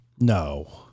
No